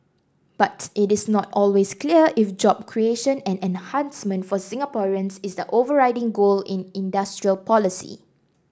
but it is not always clear if job creation and enhancement for Singaporeans is the overriding goal in industrial policy